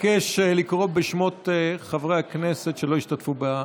אבקש לקרוא בשמות חברי הכנסת שלא השתתפו בהצבעה.